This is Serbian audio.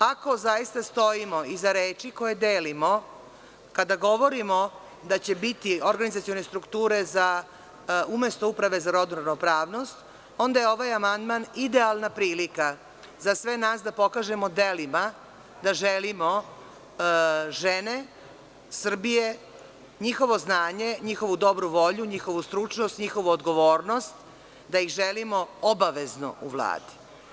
Ako zaista stojimo iza reči koje delimo, kada govorimo da će biti organizacione strukture umesto Uprave za rodnu ravnopravnost onda je ovaj amandman idealna prilika za sve nas da pokažemo delima da želimo žene Srbije, njihovo znanje, njihovu dobru volju, njihovu stručnost, njihovu odgovornost, da ih želimo obavezno u Vladi.